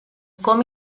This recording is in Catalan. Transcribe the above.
com